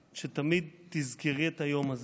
שתמיד תזכרי את היום הזה,